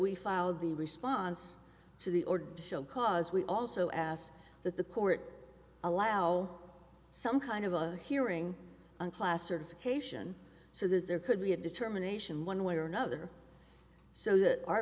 filed the response to the order because we also asked that the court allow some kind of a hearing on class certification so that there could be a determination one way or another so that our